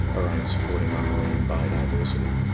around supporting our marine biodiversity.